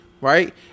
right